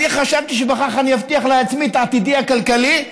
אני חשבתי שבכך אני אבטיח לעצמי את עתידי הכלכלי,